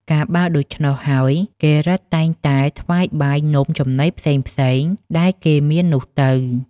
កាលបើដូច្នោះហើយ គេរឹតតែងតែថ្វាយបាយ នំ ចំណីផ្សេងៗ ដែលគេមាននោះទៅ